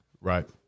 Right